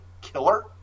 killer